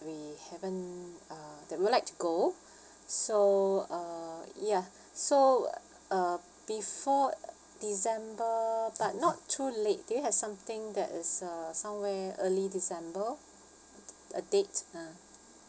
we haven't uh that we'd like to go so uh ya so uh before december but not too late do you have something that is uh somewhere early december a date ah